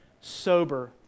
sober